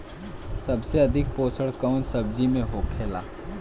सबसे अधिक पोषण कवन सब्जी में होखेला?